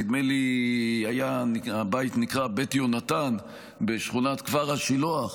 נדמה לי שהיה בית שנקרא בית יהונתן בשכונת כפר השילוח,